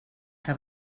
que